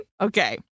Okay